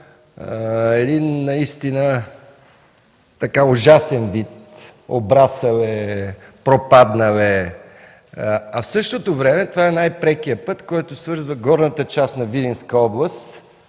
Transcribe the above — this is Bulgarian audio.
път придобива един ужасен вид – обрасъл е, пропаднал е, а в същото време това е най-прекият път, който свързва горната част на Видинска област